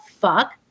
fuck